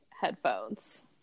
headphones